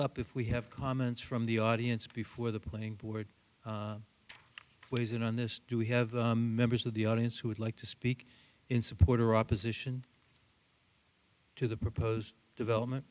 up if we have comments from the audience before the playing board weighs in on this do we have members of the audience who would like to speak in support or opposition to the proposed development